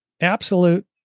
absolute